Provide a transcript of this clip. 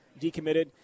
decommitted